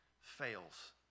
fails